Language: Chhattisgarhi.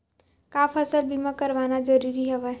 का फसल बीमा करवाना ज़रूरी हवय?